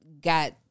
Got